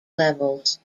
levels